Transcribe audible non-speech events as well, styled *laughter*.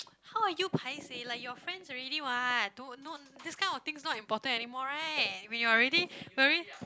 *noise* how are you paiseh like you are friends already [what] don't no this kind of things not important anymore right when you already very